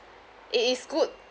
it is good